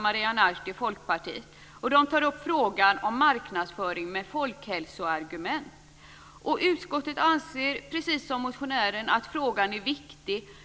Maria Narti, Folkpartiet. Hon tar upp frågan om marknadsföring med folkhälsoargument. Utskottet anser, precis som motionären, att frågan är viktig.